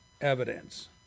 evidence